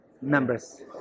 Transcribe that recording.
members